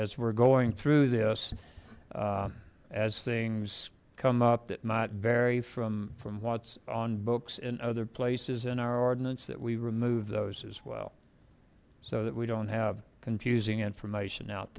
as we're going through this as things come up that might vary from from what's on books in other places and our ordinance that we remove those as well so that we don't have confusing information out